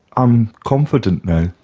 i'm confident now.